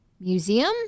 Museum